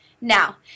Now